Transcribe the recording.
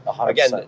again